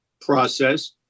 process